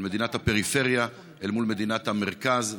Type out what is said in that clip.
על מדינת הפריפריה אל מול מדינת המרכז.